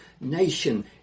nation